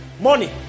Money